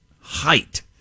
height